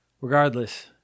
regardless